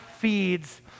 feeds